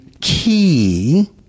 key